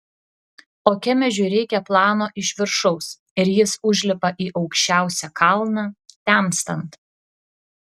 o kemežiui reikia plano iš viršaus ir jis užlipa į aukščiausią kalną temstant